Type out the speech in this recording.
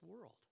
world